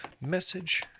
message